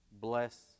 BLESS